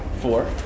four